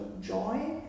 joy